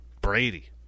Brady